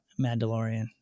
Mandalorian